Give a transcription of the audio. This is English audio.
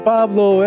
Pablo